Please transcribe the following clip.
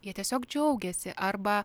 jie tiesiog džiaugiasi arba